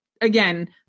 again